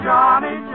Johnny